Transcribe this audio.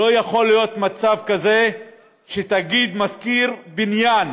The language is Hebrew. לא יכול להיות מצב כזה שתאגיד שוכר בניין